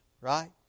right